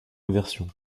versions